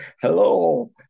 hello